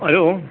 hello